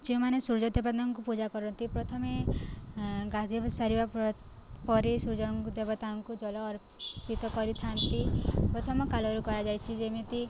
ଯେଉଁମାନେ ସୂର୍ଯ୍ୟ ଦେବତାଙ୍କୁ ପୂଜା କରନ୍ତି ପ୍ରଥମେ ଗାଧେଇବା ସାରିବା ପର୍ ପରେ ସୂର୍ଯ୍ୟଙ୍କୁ ଦେବତାଙ୍କୁ ଜଲ ଅର୍ପିତ କରିଥାନ୍ତି ପ୍ରଥମକାଳରୁ କରାଯାଇଛି ଯେମିତି